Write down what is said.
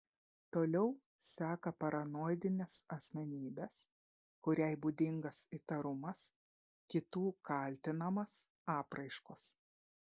toliau seka paranoidinės asmenybės kuriai būdingas įtarumas kitų kaltinamas apraiškos